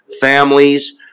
families